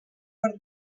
per